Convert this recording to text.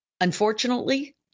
Unfortunately